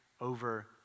over